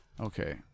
Okay